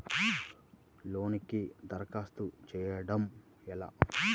లోనుకి దరఖాస్తు చేయడము ఎలా?